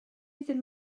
ddim